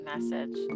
message